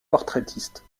portraitiste